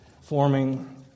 forming